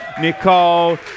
Nicole